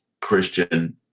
Christian